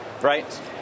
right